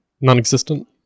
non-existent